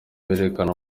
berekana